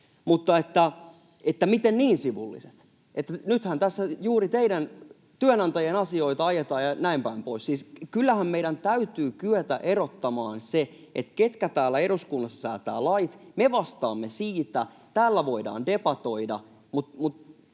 — että miten niin sivulliset, että nythän tässä juuri teidän työnantajien asioita ajetaan ja näin päin pois. Siis kyllähän meidän täytyy kyetä erottamaan se, ketkä täällä eduskunnassa säätävät lait. Me vastaamme siitä. Täällä voidaan debatoida,